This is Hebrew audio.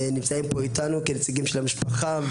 נמצאים פה איתנו כנציגים של המשפחה.